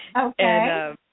Okay